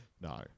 No